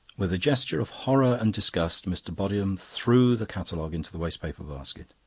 with a gesture of horror and disgust mr. bodiham threw the catalogue into the waste-paper basket.